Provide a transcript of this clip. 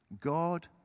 God